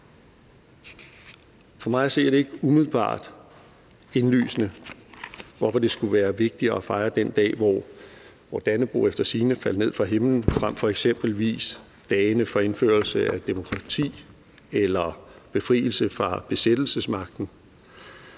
For mig at se er det ikke umiddelbart indlysende, hvorfor det skulle være vigtigere at fejre den dag, hvor Dannebrog efter sigende faldt ned fra himlen, frem for eksempelvis dagen for indførelse af demokrati eller befrielse fra besættelsesmagten.